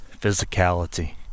physicality